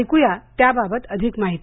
ऐक्या त्याबाबत अधिक माहिती